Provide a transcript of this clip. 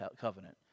Covenant